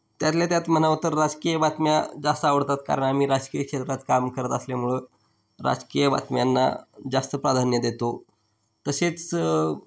त्यातल्या त्यात म्हणावं तर राजकीय बातम्या जास्त आवडतात कारण आम्ही राजकीय क्षेत्रात काम करत असल्यामुळं राजकीय बातम्यांना जास्त प्राधान्य देतो तसेच